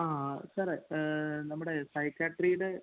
ആ സാറെ നമ്മുടെ സൈക്കാട്രീല്